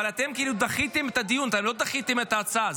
אבל אתם דחיתם את הדיון, לא דחיתם את ההצעה.